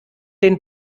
den